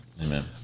Amen